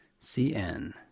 CN